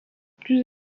plus